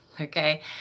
okay